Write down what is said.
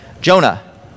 Jonah